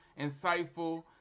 insightful